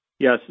Yes